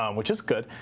um which is good.